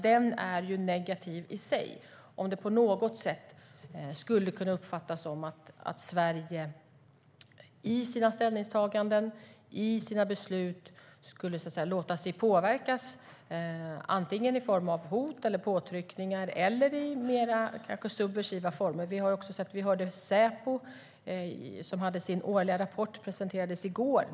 Det är negativt i sig om det på något sätt skulle kunna uppfattas som att Sverige i sina ställningstaganden och i sina beslut skulle låta sig påverkas, i form av hot eller påtryckningar eller kanske i mer subversiva former. Vi hörde Säpo. Säpos årliga rapport presenterades i går.